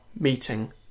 meeting